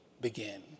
begin